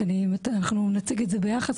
אנחנו נציג את זה ביחד,